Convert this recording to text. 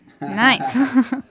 Nice